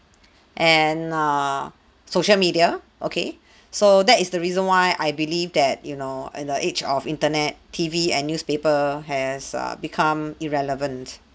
and err social media okay so that is the reason why I believe that you know in the age of internet T_V and newspaper has uh become irrelevant